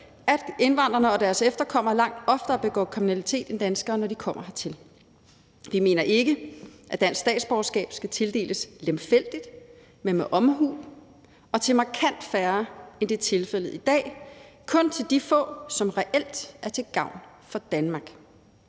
at indvandrerne og deres efterkommere lang oftere begår kriminalitet, når de kommer hertil, end danskere. Vi mener ikke, at dansk statsborgerskab skal tildeles lemfældigt, men med omhu og til markant færre, end det er tilfældet i dag – kun til de få, som reelt er til gavn for Danmark.